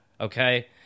Okay